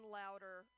louder